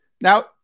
Now